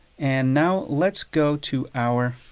and now let's go to our